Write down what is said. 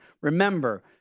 remember